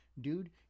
dude